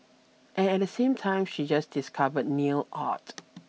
and at the same time she just discovered nail art